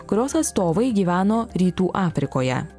kurios atstovai gyveno rytų afrikoje